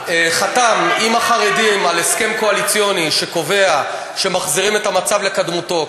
חתם עם החרדים על הסכם קואליציוני שקובע שמחזירים את המצב לקדמותו,